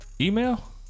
Email